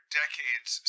decades